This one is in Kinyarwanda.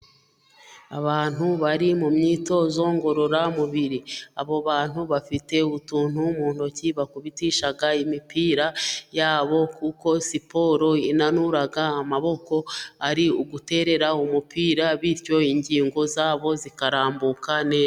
Abantu bari mu myitozo ngororamubiri, abo bantu bafite utuntu mu ntoki bakubitisha imipira yabo, kuko siporo inanura amaboko ari uguterera umupira bityo ingingo zabo zikarambuka neza.